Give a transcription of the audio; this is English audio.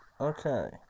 Okay